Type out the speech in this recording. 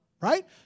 right